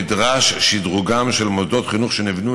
נדרש שדרוגם של מוסדות חינוך שנבנו